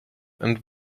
and